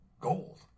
gold